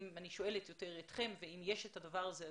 כאן אני שואלת אתכם כי אם יש את הדבר הזה,